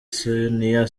senior